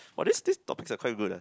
!wah! these these topics are quite good ah